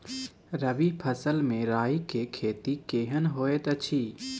रबी फसल मे राई के खेती केहन होयत अछि?